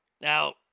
Now